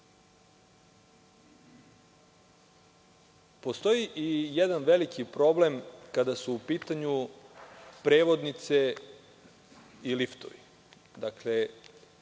i jedan veliki problem kada su u pitanju prevodnice i liftovi.